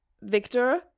Victor